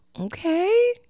Okay